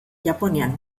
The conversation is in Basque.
japonian